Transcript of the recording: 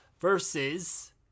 versus